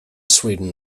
sweden